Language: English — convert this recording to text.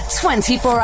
24